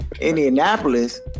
Indianapolis